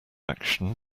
action